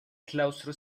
claustro